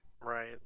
right